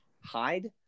hide